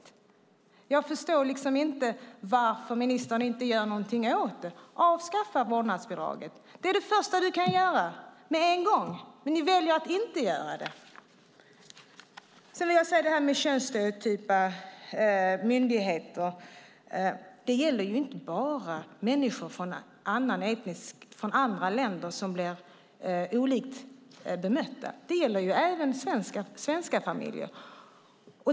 Jag förstår inte varför ministern inte gör någonting åt det. Avskaffa vårdnadsbidraget! Det är det första du kan göra med en gång, men ni väljer att inte göra det. Det här med könsstereotypa myndigheter gäller inte bara människor från andra länder som blir bemötta på ett annat sätt, utan det gäller även svenska familjer.